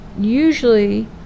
Usually